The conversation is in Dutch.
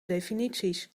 definities